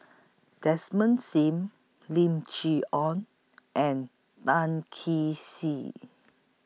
Desmond SIM Lim Chee Onn and Tan Kee Sek